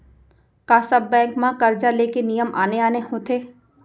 का सब बैंक म करजा ले के नियम आने आने होथे?